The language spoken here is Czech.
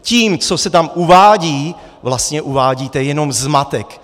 Tím, co se tam uvádí, vlastně uvádíte jenom zmatek.